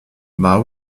ben